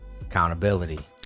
Accountability